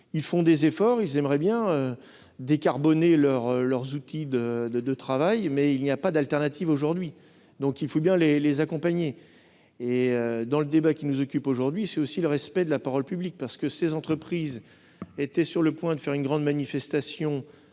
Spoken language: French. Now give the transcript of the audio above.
Ils font des efforts et aimeraient bien décarboner leurs outils de travail, mais il n'y a pas d'alternative aujourd'hui. Il faut donc bien les accompagner ! Le débat qui nous occupe concerne aussi le respect de la parole publique. Les représentants de ces entreprises étaient sur le point de faire une grande manifestation